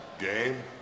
game